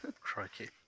Crikey